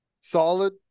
Solid